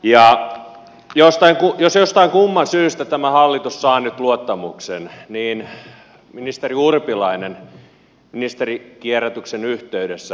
jos jostain kumman syystä tämä hallitus saa nyt luottamuksen ministeri urpilainen oletteko aikonut luopua salkustanne ministerikierrätyksen yhteydessä